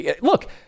Look